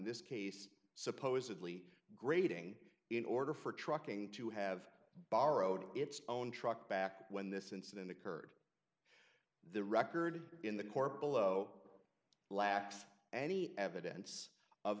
this case supposedly grading in order for trucking to have borrowed its own truck back when this incident occurred the record in the core below lacks any evidence of